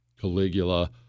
Caligula